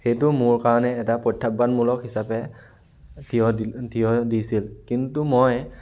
সেইটো মোৰ কাৰণে এটা প্ৰত্যাহ্বানমূলক হিচাপে থিয় দিল থিয় দিছিল কিন্তু মই